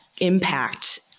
impact